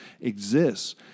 exists